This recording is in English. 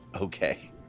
Okay